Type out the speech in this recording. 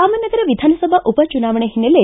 ರಾಮನಗರ ವಿಧಾನಸಭಾ ಉಪ ಚುನಾವಣೆ ಹಿನ್ನೆಲೆ